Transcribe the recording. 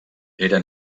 era